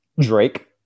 Drake